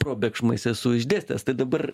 probėgšmais esu išdėstęs tai dabar